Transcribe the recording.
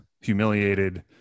humiliated